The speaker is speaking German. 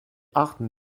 achten